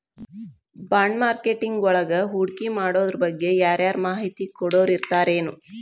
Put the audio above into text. ಬಾಂಡ್ಮಾರ್ಕೆಟಿಂಗ್ವಳಗ ಹೂಡ್ಕಿಮಾಡೊದ್ರಬಗ್ಗೆ ಯಾರರ ಮಾಹಿತಿ ಕೊಡೊರಿರ್ತಾರೆನು?